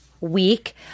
week